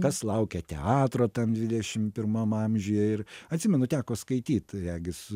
kas laukia teatro tam dvidešim pirmam amžiuje ir atsimenu teko skaityt regis